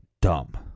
dumb